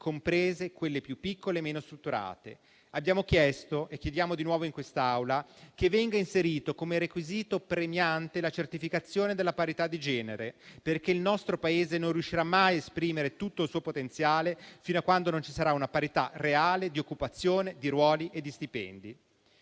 comprese quelle più piccole e meno strutturate. Abbiamo chiesto, e chiediamo di nuovo in quest'Aula, che venga inserita, come requisito premiante, la certificazione della parità di genere. Il nostro Paese, infatti, non riuscirà mai a esprimere tutto il suo potenziale fino a quando non ci sarà una parità reale di occupazione, di ruoli e di stipendi.